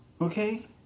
Okay